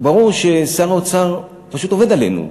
ברור ששר האוצר פשוט עובד עלינו,